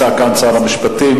נמצא כאן שר המשפטים,